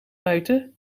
buiten